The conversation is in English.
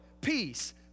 peace